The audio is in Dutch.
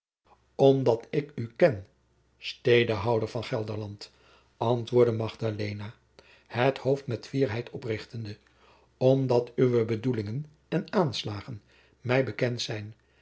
omdat ik u ken stedehouder van gelderland antwoordde magdalena het hoofd met fierheid oprichtende omdat uwe bedoelingen en aanslagen mij bekend zijn